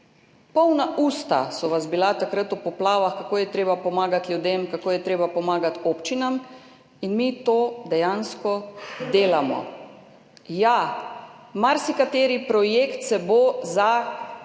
Polna usta so vas bila takrat v poplavah, kako je treba pomagati ljudem, kako je treba pomagati občinam. In mi to dejansko delamo. Ja, marsikateri projekt se bo za